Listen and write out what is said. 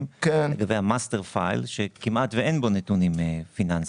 לעומת ה- master fileשכמעט ואין בו נתונים פיננסיים.